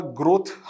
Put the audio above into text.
growth